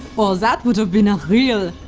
or that would have been a real.